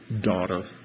Daughter